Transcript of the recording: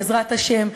בעזרת השם,